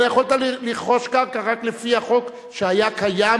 אלא יכולת לרכוש קרקע רק לפי החוק שהיה קיים